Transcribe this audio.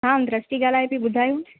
हा दृष्टि ॻाल्हायां थी ॿुधायो